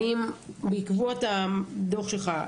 האם בעקבות הדו"ח שלך,